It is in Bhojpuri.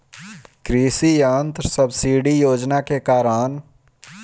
कृषि यंत्र सब्सिडी योजना के कारण?